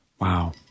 wow